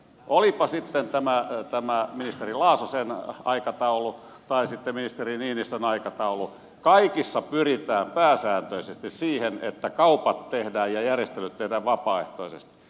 olipa kyse sitten tästä ministeri grahn laasosen aikataulusta tai sitten ministeri niinistön aikataulusta niin kaikissa pyritään pääsääntöisesti siihen että kaupat ja järjestelyt tehdään vapaaehtoisesti